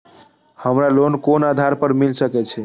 हमरा लोन कोन आधार पर मिल सके छे?